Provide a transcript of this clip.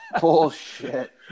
Bullshit